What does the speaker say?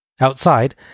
Outside